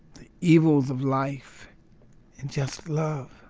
the evils of life and just love